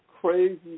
crazy